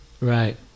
Right